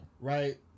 right